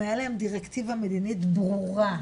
אם היה להם דירקטיבה מדינית ברורה,